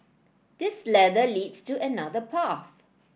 this ladder leads to another path